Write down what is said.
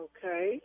Okay